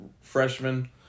freshman